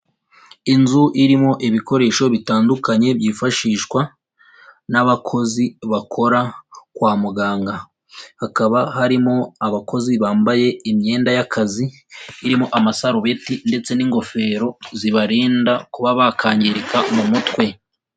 Inzu irimo ibikoresho bitandukanye byifashishwa n'abakozi bakora kwa muganga. Hakaba harimo abakozi bambaye imyenda y'akazi, irimo amasarubeti ndetse n'ingofero, zibarinda kuba bakwangirika mu mutwe.